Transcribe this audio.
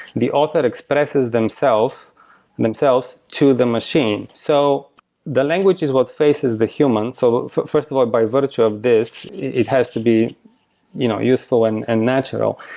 the author expresses themselves themselves to the machine. so the language is what faces the human. so first of all, by virtue of this, it has to be you know useful and and natural.